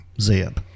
Zeb